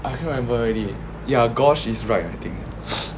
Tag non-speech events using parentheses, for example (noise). I can't remember already yeah is right I think (noise)